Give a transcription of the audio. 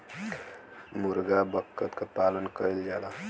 मुरगा बत्तख क पालन कइल जाला